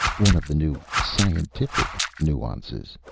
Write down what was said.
one of the new scientific nuisances.